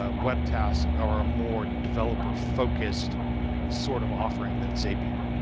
ah webtask or a more developer-focused sort of offering than zapier.